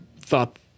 thought